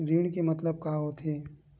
ऋण के मतलब का होथे?